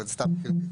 אבל זה סתם כשם